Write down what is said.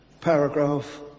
paragraph